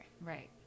Right